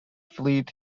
fleet